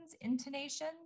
intonation